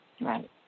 Right